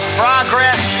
progress